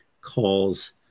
calls